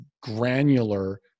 granular